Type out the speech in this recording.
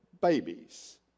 babies